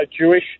Jewish